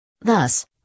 Thus